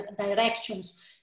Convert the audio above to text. directions